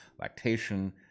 lactation